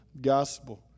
gospel